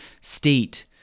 state